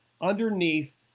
underneath